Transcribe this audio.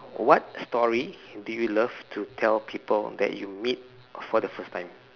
what story do you love to tell people that you meet for the first time